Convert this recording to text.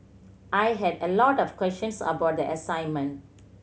I had a lot of questions about the assignment